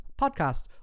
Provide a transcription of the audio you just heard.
Podcast